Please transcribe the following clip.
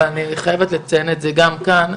אבל אני חייבת לציין את זה גם כאן,